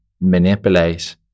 manipulate